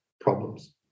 problems